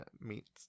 meets